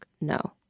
no